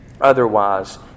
otherwise